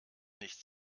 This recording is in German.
nicht